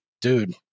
Dude